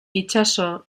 itsaso